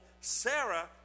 Sarah